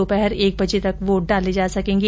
दोपहर एक बजे तक वोट डाले जा सकेंगे